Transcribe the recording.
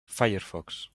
firefox